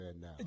now